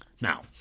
Now